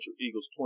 Eagles